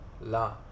La